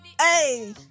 Hey